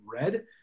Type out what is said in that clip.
red